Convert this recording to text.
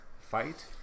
fight